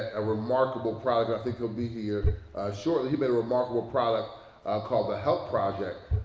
a remarkable product. i think he'll be here shortly. he made a remarkable product called the help project,